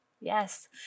yes